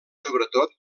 sobretot